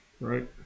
right